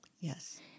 Yes